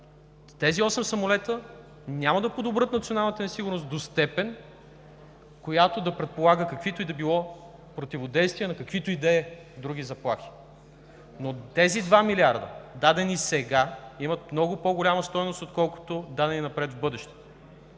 тези осем самолета няма да подобрят националната ни сигурност до степен, която да предполага каквито и да било противодействия, на каквито и да е други заплахи, но тези два милиарда, дадени сега, имат много по-голяма стойност, отколкото дадени напред в бъдещето.